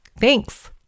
Thanks